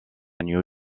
new